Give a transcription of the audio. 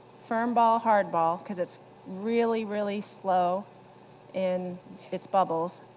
firm ball, hard ball, because it's really, really slow in its bubbles.